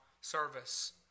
service